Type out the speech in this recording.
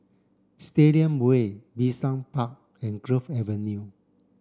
Stadium Way Bishan Park and Grove Avenue